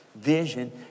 Vision